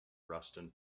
ruston